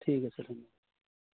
ঠিক আছে